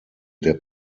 der